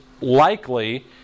likely